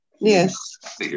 Yes